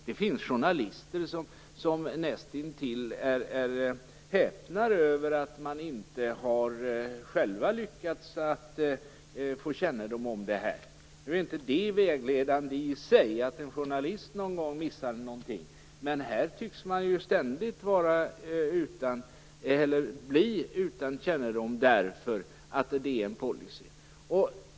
Det finns journalister som näst intill häpnar över att de själva inte har lyckats få kännedom om det här. Nu är inte detta att en journalist någon gång missar någonting vägledande i sig, men här tycks man ständigt bli utan kännedom, därför att det är en policy.